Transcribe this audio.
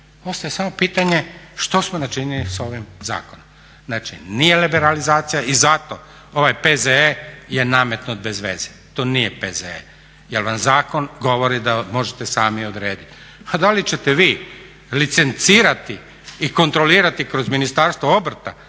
Ostaje samo pitanje što smo načinili s ovim zakonom? Znači, nije liberalizacija i ovaj P.Z.E. je nametnut bezveze, to nije P.Z.E. jer vam zakon govori da možete sami odrediti. A da li ćete vi licencirati i kontrolirati kroz Ministarstvo obrta